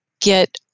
get